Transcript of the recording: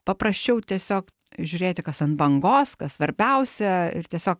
paprasčiau tiesiog žiūrėti kas ant bangos kas svarbiausia ir tiesiog